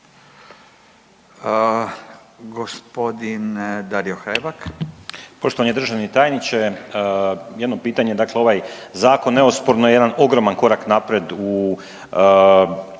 Gospodin Dario Hrebak.